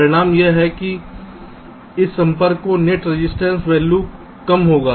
परिणाम यह है कि इस संपर्क का नेट रजिस्टेंस वैल्यू कम होगा